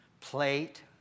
plate